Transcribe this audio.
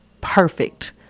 perfect